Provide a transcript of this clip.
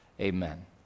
Amen